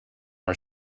are